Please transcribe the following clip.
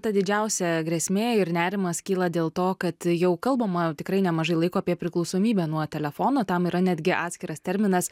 ta didžiausia grėsmė ir nerimas kyla dėl to kad jau kalbama tikrai nemažai laiko apie priklausomybę nuo telefono tam yra netgi atskiras terminas